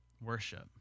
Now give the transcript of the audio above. worship